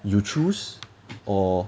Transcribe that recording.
you choose or